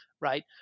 right